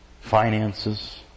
finances